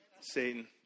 Satan